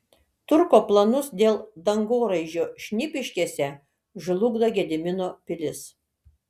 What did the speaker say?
turko planus dėl dangoraižio šnipiškėse žlugdo gedimino pilis